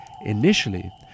Initially